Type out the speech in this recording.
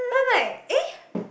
then I'm like eh